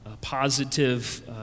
positive